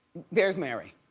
there's mary.